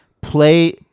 play